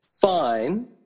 fine